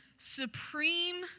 Supreme